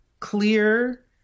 clear